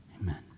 Amen